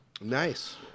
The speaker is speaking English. nice